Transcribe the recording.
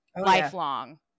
lifelong